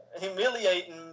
humiliating